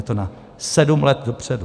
Je to na sedm let dopředu.